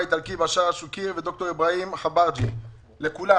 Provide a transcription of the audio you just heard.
ומבית החולים האיטלקי בשארה שוקיר וד"ר אברהים חברבג'י לכולם,